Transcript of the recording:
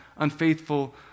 unfaithful